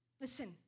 listen